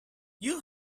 you